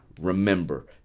remember